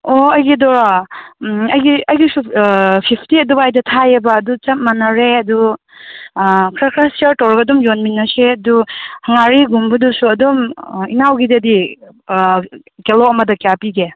ꯑꯣ ꯑꯩꯒꯤꯗꯣ ꯑꯩꯒꯤ ꯑꯩꯒꯤꯁꯨ ꯐꯤꯐꯇꯤ ꯑꯗꯨꯋꯥꯏꯗ ꯊꯥꯏꯌꯦꯕ ꯑꯗꯨ ꯆꯞ ꯃꯥꯟꯅꯔꯦ ꯑꯗꯨ ꯈꯔ ꯈꯔ ꯁꯤꯌꯥꯔ ꯇꯧꯔꯒ ꯑꯗꯨꯝ ꯌꯣꯟꯃꯤꯟꯅꯁꯦ ꯑꯗꯨ ꯉꯥꯔꯤꯒꯨꯝꯕꯗꯨꯁꯨ ꯑꯗꯨꯝ ꯏꯅꯥꯎꯒꯤꯗꯗꯤ ꯀꯤꯂꯣ ꯑꯃꯗ ꯀꯌꯥ ꯄꯤꯒꯦ